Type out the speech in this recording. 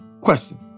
Question